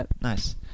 Nice